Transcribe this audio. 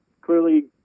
clearly